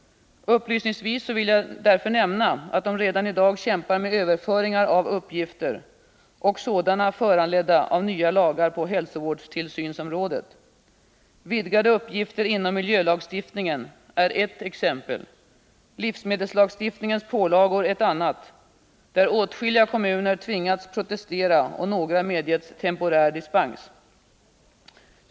Upplysningsvis vill jag nämna att kommunerna redan i dag kämpar med överföringar av arbetsuppgifter och andra uppgifter som föranletts av nya lagar på hälsovårdstillsynsområdet. Vidgade uppgifter inom miljölagstiftningen är ett exempel. Ett annat exempel är livsmedelslagstiftningens pålagor. Åtskilliga kommuner har som en följd härav tvingats protestera, och några kommuner har medgetts temporär dispens.